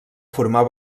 formar